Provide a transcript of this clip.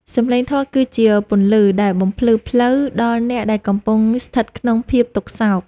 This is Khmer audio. សំឡេងធម៌គឺជាពន្លឺដែលបំភ្លឺផ្លូវដល់អ្នកដែលកំពុងស្ថិតក្នុងភាពទុក្ខសោក។